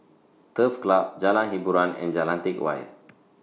Turf Club Road Jalan Hiboran and Jalan Teck Whye